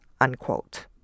unquote